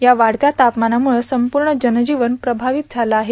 या वाढत्या तापमानामुळं संपूर्ण जनजीवन प्रमावित झाला आहे